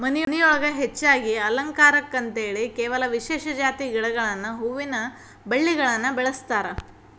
ಮನಿಯೊಳಗ ಹೆಚ್ಚಾಗಿ ಅಲಂಕಾರಕ್ಕಂತೇಳಿ ಕೆಲವ ವಿಶೇಷ ಜಾತಿ ಗಿಡಗಳನ್ನ ಹೂವಿನ ಬಳ್ಳಿಗಳನ್ನ ಬೆಳಸ್ತಾರ